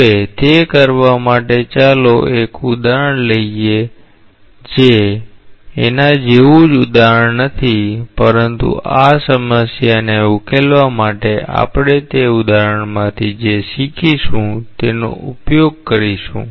હવે તે કરવા માટે ચાલો એક ઉદાહરણ લઈએ જે એના જેવુ જ ઉદાહરણ નથી પરંતુ આ સમસ્યાને ઉકેલવા માટે આપણે તે ઉદાહરણમાંથી જે શીખીશું તેનો ઉપયોગ કરીશું